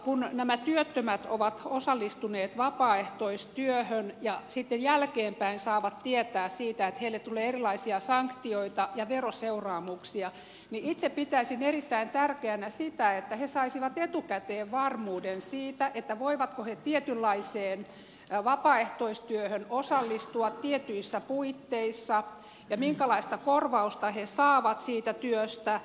kun työttömät ovat osallistuneet vapaaehtoistyöhön ja sitten jälkeenpäin saavat tietää siitä että heille tulee erilaisia sanktioita ja veroseuraamuksia niin itse pitäisin erittäin tärkeänä sitä että he saisivat etukäteen varmuuden siitä voivatko he tietynlaiseen vapaaehtoistyöhön osallistua tietyissä puitteissa ja minkälaista korvausta he saavat siitä työstä